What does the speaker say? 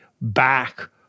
back